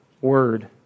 word